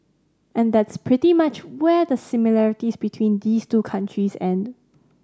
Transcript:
and that's pretty much where the similarities between these two countries end